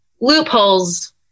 loopholes